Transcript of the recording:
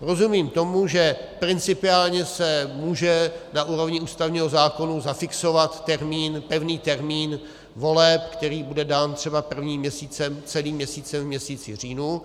Rozumím tomu, že principiálně se může na úrovni ústavního zákona zafixovat pevný termín voleb, který bude dán třeba prvním měsícem, celým měsícem v měsíci říjnu.